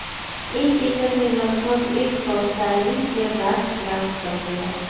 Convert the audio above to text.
एक एकड़ में लगभग एक सौ चालीस गाछ लाग सकेला